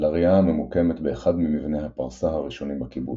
סנדלריה הממוקמת באחד ממבני הפרסה הראשונים בקיבוץ,